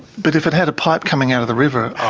but if it had a pipe coming out of the river? oh